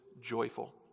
joyful